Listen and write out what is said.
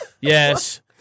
Yes